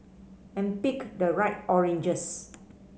and pick the right oranges